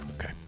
Okay